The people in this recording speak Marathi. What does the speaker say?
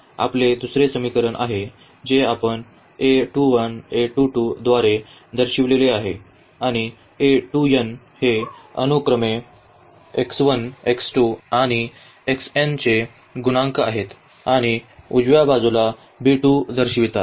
तर त्याचप्रकारे आपले दुसरे समीकरण आहे जे आपण द्वारे दर्शविलेले आहे आणि हे अनुक्रमे आणि चे गुणांक आहेत आणि उजव्या बाजूला दर्शवितात